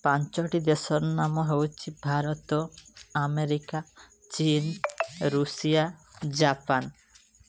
ପାଞ୍ଚଟି ଦେଶର ନାମ ହେଉଛି ଭାରତ ଆମେରିକା ଚୀନ ରୁଷିଆ ଜାପାନ